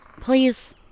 Please